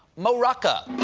mo rocca.